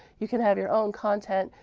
you could have your own content,